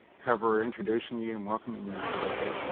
cover introducing you you and welcoming you today.